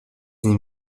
nim